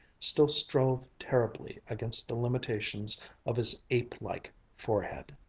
still strove terribly against the limitations of his ape-like forehead.